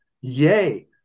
yay